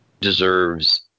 deserves